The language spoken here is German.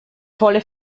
volle